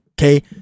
Okay